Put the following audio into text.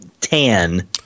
tan